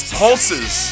pulses